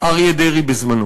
אריה דרעי בזמנו.